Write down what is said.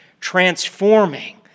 transforming